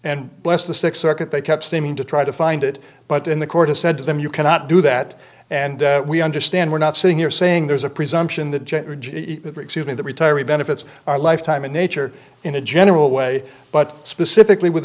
and less the six circuit they kept seeming to try to find it but in the court has said to them you cannot do that and we understand we're not sitting here saying there's a presumption that the retiree benefits are lifetime in nature in a general way but specifically with